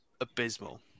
abysmal